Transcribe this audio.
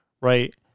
right